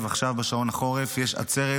18:00, עכשיו בשעון חורף, יש עצרת